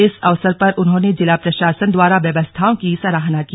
इस अवसर पर उन्होंने जिला प्रशासन द्वारा व्यवस्थाओं की सराहना की